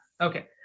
Okay